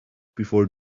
before